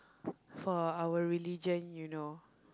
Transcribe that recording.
for our religion you know